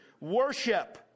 worship